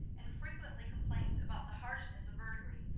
and frequently complained about the harshness of verdigris,